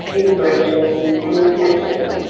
inspiration, and connection.